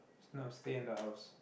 no stay in the house